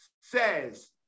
says